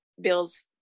bills